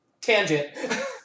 tangent